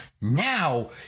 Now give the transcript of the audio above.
Now